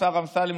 השר אמסלם,